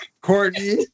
Courtney